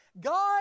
God